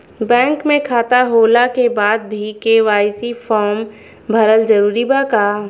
Bank में खाता होला के बाद भी के.वाइ.सी फार्म भरल जरूरी बा का?